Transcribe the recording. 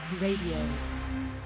Radio